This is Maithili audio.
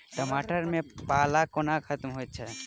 टमाटर मे पाला कोना खत्म होइ छै?